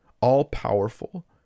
all-powerful